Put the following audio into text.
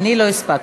אני לא הספקתי.